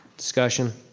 discussion,